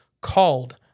called